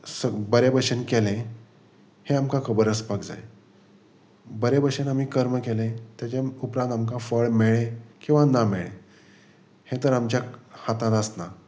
स बरे भशेन केलें हें आमकां खबर आसपाक जाय बरे भशेन आमी कर्म केलें तेज उपरांत आमकां फळ मेळ्ळे किंवां ना मेळ्ळे हें तर आमच्या हातांत आसना